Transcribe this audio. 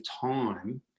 time